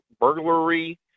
burglary